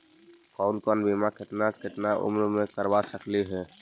कौन कौन बिमा केतना केतना उम्र मे करबा सकली हे?